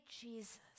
Jesus